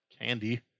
candy